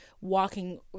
walking